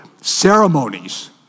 ceremonies